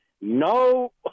no